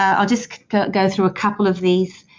ah i'll just go through a couple of these.